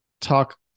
talk